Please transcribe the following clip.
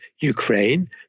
Ukraine